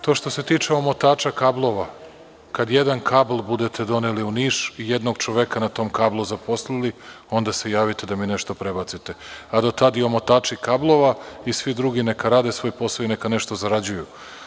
To što se tiče omotača kablova, kada jedan kabl budete doneli u Niš i jednog čoveka na tom kablu zaposlili, onda se javite da mi nešto prebacite, a do tada i omotači kablova i svi drugi neka rade svoje posao i neka nešto zarađuju.